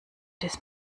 this